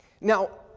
Now